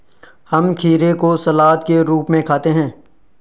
हम खीरे को सलाद के रूप में खाते हैं